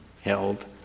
held